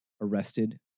arrested